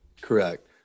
Correct